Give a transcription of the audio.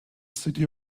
city